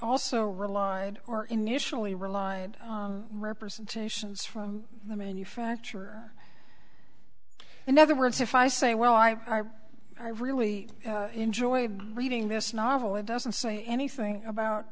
also relied or initially relied on representations from the manufacturer in other words if i say well i i really enjoyed reading this novel it doesn't say anything about